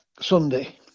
Sunday